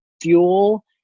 fuel